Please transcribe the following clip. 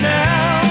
now